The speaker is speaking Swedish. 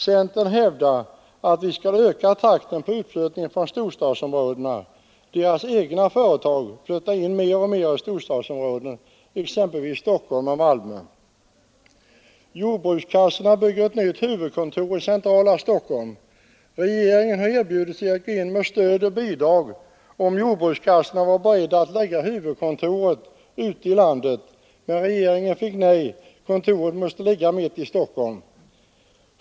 Centern hävdar att vi skall öka takten i utflyttningen från storstadsområdena, men dess egna företag flyttar mer och mer in till storstadsområdena, exempelvis till Stockholm och Malmö. Jordbrukskassorna bygger ett nytt huvudkontor i det centrala Stockholm. Regeringen erbjöd sig att gå in med stöd och bidrag, om jordbrukskassorna var beredda att lägga huvudkontoret ute i landet. Men regeringen fick nej; kontoret måste ligga mitt i Stockholm.